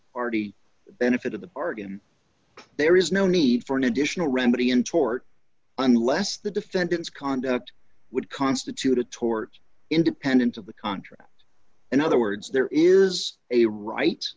the benefit of the bargain there is no need for an additional remedy in tort unless the defendant's conduct would constitute a tort independent of the contract in other words there is a right